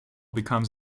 becomes